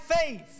faith